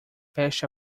feche